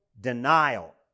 denial